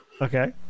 okay